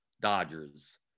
Dodgers